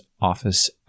office